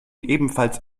ebenfalls